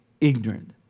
ignorant